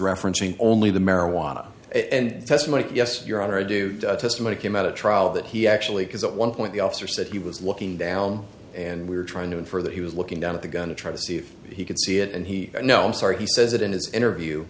referencing only the marijuana and testimony yes your honor i do testimony came out at trial that he actually because at one point the officer said he was looking down and we were trying to infer that he was looking down at the gun to try to see if he could see it and he know i'm sorry he says it in his interview